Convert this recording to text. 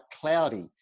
cloudy